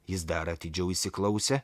jis dar atidžiau įsiklausė